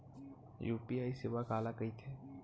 UPI सेवा काला कइथे?